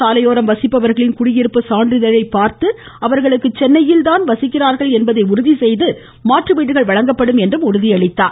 சாலையோரம் வசிப்பவர்களின் குடியிருப்பு சான்றிதழை பார்த்து அவர்கள் சென்னையில்தான் வசிக்கிறார்கள் என்பதை உறுதி செய்து அவர்களுக்கு மாற்று வீடுகள் வழங்கப்படும் என்றும் உறுதியளித்தார்